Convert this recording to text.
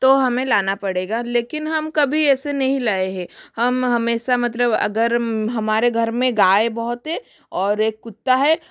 तो हमें लाना पड़ेगा लेकिन हम कभी ऐसे नहीं लाए है हम हमेशा मतलब अगर हमारे घर में गाय बहुत है और एक कुत्ता है